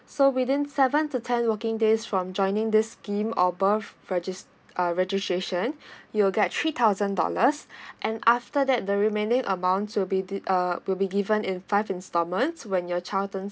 so within seven to ten working days from joining this scheme of birth register uh registration you'll get three thousand dollars and after that the remaining amount to be de~ uh will be given in five installments when your child turns